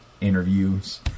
interviews